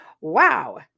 Wow